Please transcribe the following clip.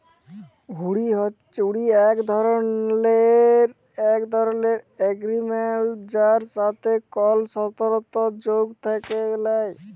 হুঁড়ি এক ধরলের এগরিমেনট যার সাথে কল সরতর্ যোগ থ্যাকে ল্যায়